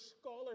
scholar